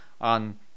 on